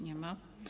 Nie ma.